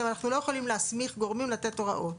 ואנחנו לא יכולים להסמיך גורמים לתת הוראות,